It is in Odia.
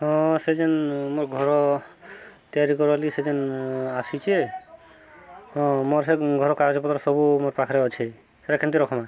ହଁ ସେ ଯେନ୍ ମୋର ଘର ତିଆରି କରଲି ସେ ଯେନ୍ ଆସିଛି ହଁ ମୋର ସେ ଘର କାଗଜପତ୍ର ସବୁ ମୋର ପାଖରେ ଅଛେ ସେଟା କେମିତି ରଖମା